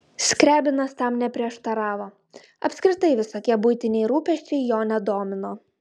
skriabinas tam neprieštaravo apskritai visokie buitiniai rūpesčiai jo nedomino